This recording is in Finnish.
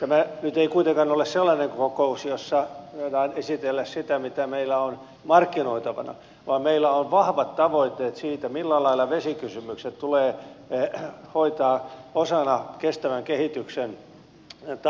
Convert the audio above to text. tämä nyt ei kuitenkaan ole sellainen kokous jossa voidaan esitellä sitä mitä meillä on markkinoitavana vaan meillä on vahvat tavoitteet siitä millä lailla vesikysymykset tulee hoitaa osana kestävän kehityksen tavoittamista